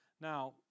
Now